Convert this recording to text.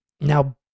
now